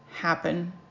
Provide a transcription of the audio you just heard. happen